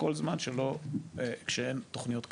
כל זמן שאין תוכניות קליטה.